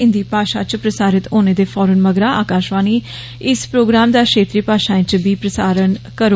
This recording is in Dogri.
हिन्दी भाषा इच प्रसारित होने दे फौरन म रा आकाशवाणी इस प्रोग्राम दा क्षेत्रीय भाषाएं इच इसी प्रसारित करौ